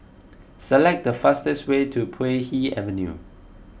select the fastest way to Puay Hee Avenue